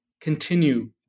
continue